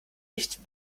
nicht